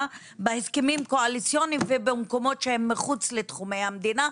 בהסכמים קואליציוניים ובמקומות שהם מחוץ לתחומי המדינה,